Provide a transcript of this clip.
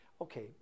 Okay